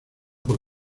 por